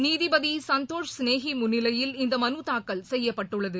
நீதிபதிசந்தோஷ் சிநேஹிமுன்னிலையில் இந்தமனுதாக்கல் செய்யப்பட்டுள்ளது